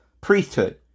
priesthood